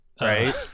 right